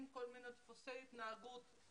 בהקשר הזה פתאום מפתחים כל מיני דפוסי התנהגות מוזרים,